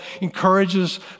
encourages